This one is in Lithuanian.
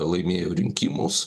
laimėjo rinkimus